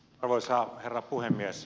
arvoisa herra puhemies